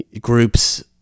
groups